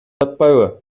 жатпайбы